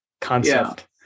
concept